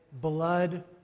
blood